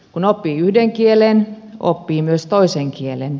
kun oppii yhden kielen oppii myös toisen kielen